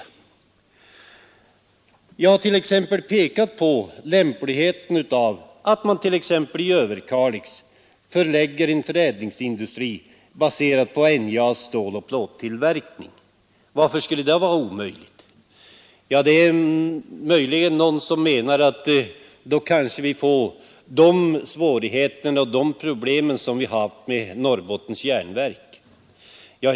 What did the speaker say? Jag har pekat på lämpligheten av att man t.ex. i Överkalix förlägger en förädlingsindustri, baserad på NJA:s ståloch plåttillverkning. Varför skulle detta vara omöjligt? Det finns kanske någon som menar att vi då kan få samma svårigheter och problem som man haft vid Norrbottens 149 järnverk.